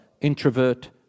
Introvert